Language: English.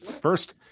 first